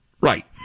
Right